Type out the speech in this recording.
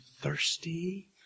thirsty